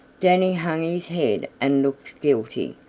danny hung his head and looked guilty,